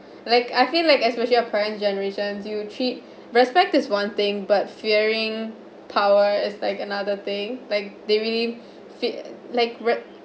like I feel like especially our parents generations you treat respect is one thing but fearing power is like another thing like they really fear like